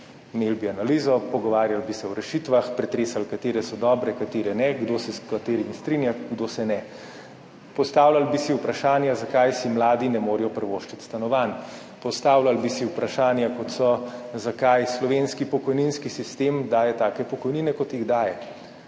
Imeli bi analizo, pogovarjali bi se o rešitvah, pretresali, katere so dobre, katere ne, kdo se s katerimi strinja, kdo se ne. Postavljali bi si vprašanja, zakaj si mladi ne morejo privoščiti stanovanj. Postavljali bi si vprašanja, kot so, zakaj slovenski pokojninski sistem daje take pokojnine, kot jih daje.